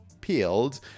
peeled